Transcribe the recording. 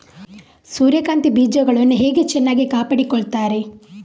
ಸೂರ್ಯಕಾಂತಿ ಬೀಜಗಳನ್ನು ಹೇಗೆ ಚೆನ್ನಾಗಿ ಕಾಪಾಡಿಕೊಳ್ತಾರೆ?